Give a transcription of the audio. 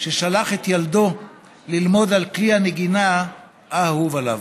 ששלח את ילדו ללמוד לנגן על כלי הנגינה האהוב עליו.